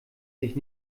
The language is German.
sich